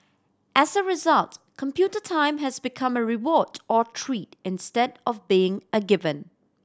as a result computer time has become a reward or treat instead of being a given